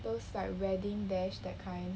those like wedding dash that kind